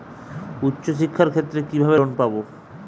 উচ্চশিক্ষার ক্ষেত্রে কিভাবে লোন পাব?